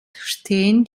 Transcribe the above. stehen